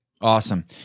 awesome